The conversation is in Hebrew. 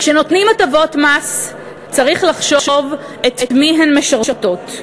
כשנותנים הטבות מס, צריך לחשוב את מי הן משרתות.